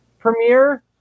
premiere